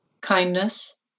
kindness